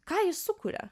ką jis sukuria